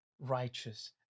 righteous